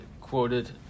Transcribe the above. quoted